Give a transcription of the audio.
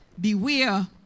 beware